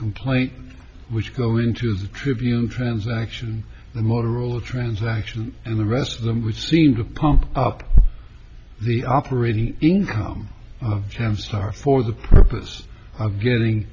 complaint which go into the transaction the motorola transaction and the rest of them would seem to pump up the operating income for the purpose of getting